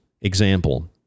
Example